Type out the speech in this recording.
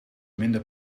minder